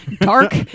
dark